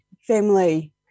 family